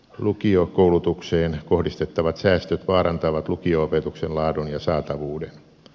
lukiokoulutukseen kohdistettavat säästöt vaarantavat lukio opetuksen laadun ja saatavuuden